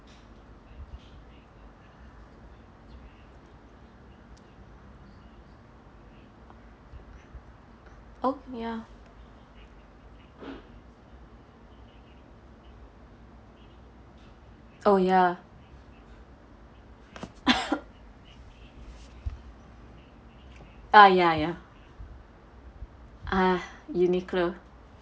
oh ya oh ya ah ya ya ah Uniqlo